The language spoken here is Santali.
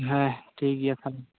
ᱦᱮᱸ ᱴᱷᱤᱠ ᱜᱮᱭᱟ ᱛᱟᱦᱚᱞᱮ